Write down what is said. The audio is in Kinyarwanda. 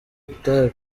itabi